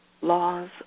laws